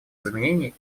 изменений